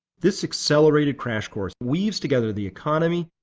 this accelerated crash course weaves together the economy,